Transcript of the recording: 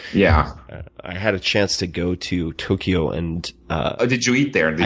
yeah i had a chance to go to tokyo and ah did you eat there?